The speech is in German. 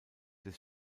des